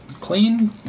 Clean